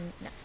No